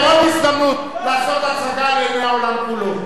אתם ניזונים, רבותי, חבר הכנסת אחמד טיבי, מספיק.